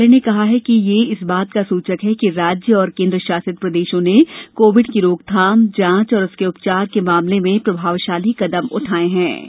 मंत्रालय ने कहा कि यह इस बात का सुचक है कि राज्य और केन्द्र शासित प्रदेशों ने कोविड की रोकथाम जांच और उसके उपचार के मामले में प्रभावशाली कदम उठाए हैं